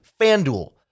FanDuel